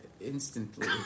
Instantly